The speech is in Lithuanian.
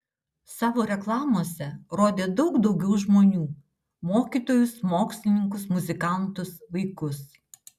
savo reklamose rodė daug daugiau žmonių mokytojus mokslininkus muzikantus vaikus